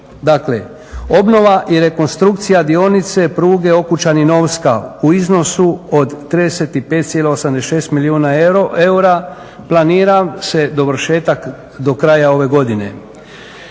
dakle obnova i rekonstrukcija dionice pruge Okučani-Novska u iznosu od 35,86 milijuna eura, planira se dovršetak do kraja ove godine.